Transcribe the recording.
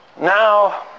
Now